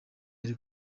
ari